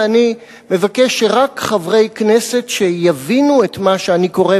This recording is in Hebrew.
ואני מבקש שרק חברי כנסת שיבינו את מה שאני קורא,